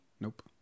Nope